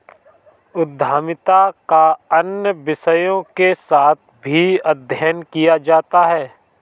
उद्यमिता का अन्य विषयों के साथ भी अध्ययन किया जाता है